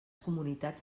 comunitats